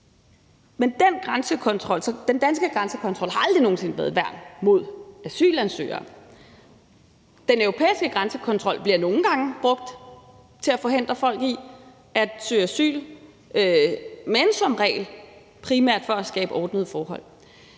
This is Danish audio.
Den danske grænsekontrol har aldrig nogen sinde været et værn mod asylansøgere. Den europæiske grænsekontrol bliver nogle gange brugt til at forhindre folk i at søge asyl, men som regel primært for at skabe ordnede forhold.